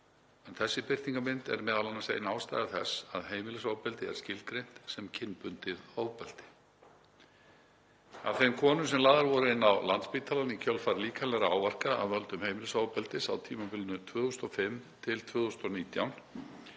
Þessi birtingarmynd er m.a. ein ástæða þess að heimilisofbeldi er skilgreint sem kynbundið ofbeldi. Af þeim konum sem lagðar voru inn á Landspítalann í kjölfar líkamlegra áverka af völdum heimilisofbeldis á tímabilinu 2005–2019